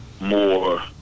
more